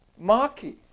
Maki